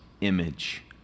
image